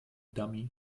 dummy